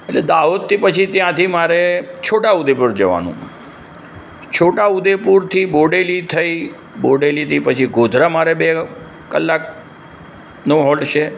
એટલે દાહોદથી પછી ત્યાંથી મારે છોટા ઉદેપુર જવાનું છોટા ઉદેપુરથી બોડલી થઈ બોડેલીથી પછી ગોધરા મારે બે કલાકનો હોલ્ટ છે